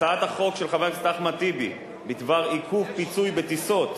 הצעת החוק של חבר הכנסת אחמד טיבי בדבר ביטול ופיצוי בטיסות,